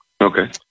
Okay